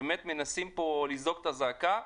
לזעוק את הזעקה,